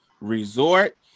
resort